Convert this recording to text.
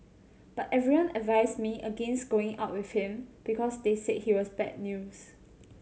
but everyone advised me against going out with him because they said he was bad news